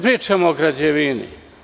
Pričamo o građevini.